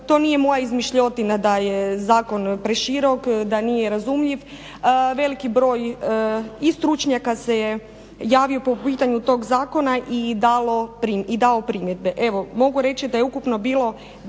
to nije moja izmišljotina da je zakon preširok, da nije razumljiv, veliki broj i stručnjaka se javio po pitanju tog zakona i dalo primjedbe. Evo, mogu reći da je ukupno bilo